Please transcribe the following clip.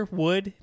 wood